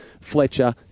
Fletcher